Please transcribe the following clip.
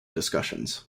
discussions